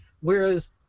Whereas